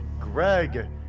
Greg